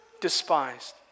despised